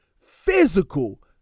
physical